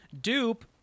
Dupe